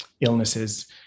illnesses